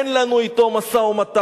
אין לנו אתו משא-ומתן.